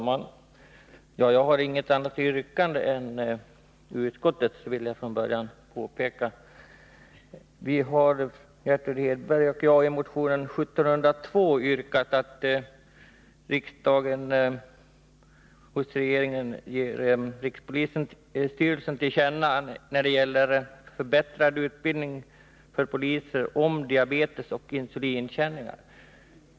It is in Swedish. Fru talman! Jag har inget annat yrkande än utskottet. Det vill jag från början påpeka. Gertrud Hedberg och jag har i motionen 1702 yrkat att riksdagen begär att regeringen ger rikspolisstyrelsen till känna behovet av förbättrad utbildning för poliser om diabetes och insulinkänningar.